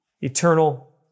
eternal